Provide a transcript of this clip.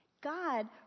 God